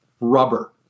rubber